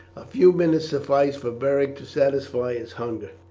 a few minutes sufficed for beric to satisfy his hunger.